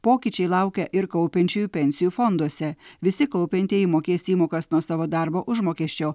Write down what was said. pokyčiai laukia ir kaupiančiųjų pensijų fonduose visi kaupiantieji mokės įmokas nuo savo darbo užmokesčio